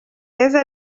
heza